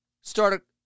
start